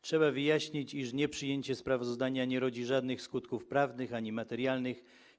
Trzeba wyjaśnić, iż nieprzyjęcie sprawozdania nie rodzi żadnych skutków prawnych ani materialnych.